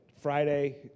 Friday